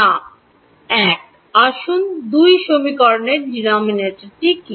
না 1 আসুন 2 সমীকরণের ডিনোমিনেটরটি কী